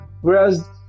Whereas